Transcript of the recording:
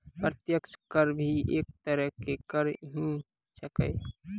प्रत्यक्ष कर भी एक तरह के कर ही छेकै